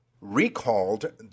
recalled